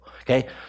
okay